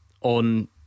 on